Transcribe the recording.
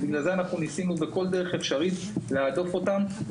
בגלל זה ניסינו בכל דרך אפשרית להדוף אותם.